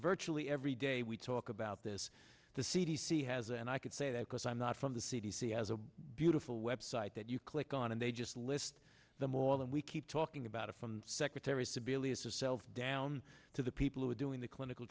virtually every day we talk about this the c d c has and i could say that because i'm not from the c d c as a beautiful web site that you click on and they just list them all and we keep talking about it from secretary sebelius is self down to the people who are doing the clinical